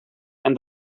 and